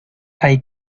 hay